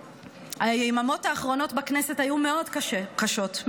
היממות האחרונות בכנסת היו מאוד קשות,